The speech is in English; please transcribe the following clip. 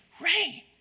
rain